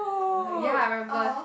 ya I remember